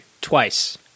Twice